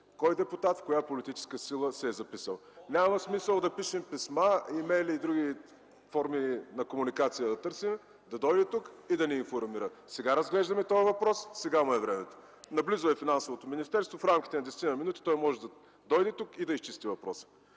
кой депутат в коя политическа сила се е записал. Няма смисъл да пишем писма, имейли и да търсим други форми на комуникация. Да дойде тук и да ни информира. Сега разглеждаме този въпрос – сега му е времето! Финансовото министерство е наблизо и в рамките на десетина минути той може да дойде тук и да изчисти въпроса.